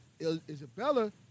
Isabella